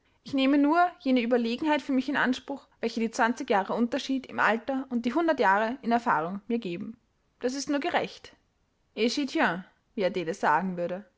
ich nehme nur jene überlegenheit für mich in anspruch welche die zwanzig jahre unterschied im alter und die hundert jahre in erfahrung mir geben das ist nur gerecht et j'y tiens wie adele sagen würde